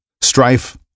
strife